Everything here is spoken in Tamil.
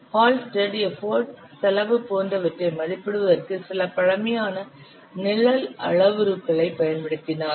ஹால்ஸ்டெட் எஃபர்ட் செலவு போன்றவற்றை மதிப்பிடுவதற்கு சில பழமையான நிரல் அளவுருக்களைப் பயன்படுத்தினார்